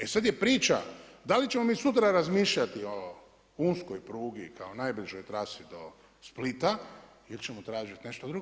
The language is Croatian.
E sada je priča da li ćemo mi sutra razmišljati o uskoj prugi kao najbližoj trasi do Splita ili ćemo tražiti nešto drugo.